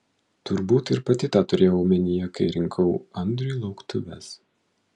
turbūt ir pati tą turėjau omenyje kai rinkau andriui lauktuves